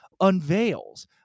unveils